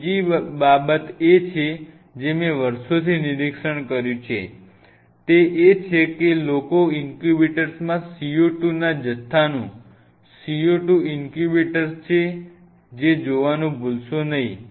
બીજી મહત્વની બાબત જે મેં વર્ષોથી નિરીક્ષણ કર્યું છે તે એ છે કે લોકો ઇન્ક્યુબેટરમાં CO2 ના જથ્થાનું CO2 ઇન્ક્યુબેટર છે તે જોવાનું ભૂલશો નહિં